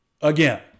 again